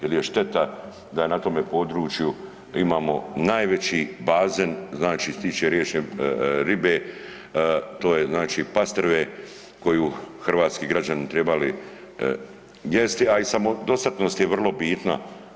Jer je šteta da na tome području imamo najveći bazen što se tiče riječne ribe, to je znači pastrve koju bi hrvatski građani trebali jesti, a i samodostatnost je vrlo bitna.